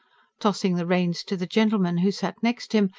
tossing the reins to the gentleman who sat next him,